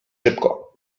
szybko